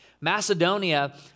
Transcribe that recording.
Macedonia